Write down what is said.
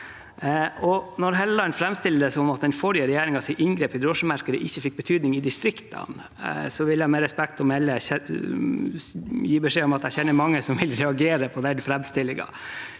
Når Helleland framstiller det som at den forrige regjeringens inngrep i drosjemarkedet ikke fikk betydning i distriktene, vil jeg med respekt å melde gi beskjed om at jeg kjenner mange som vil reagere på den framstillingen,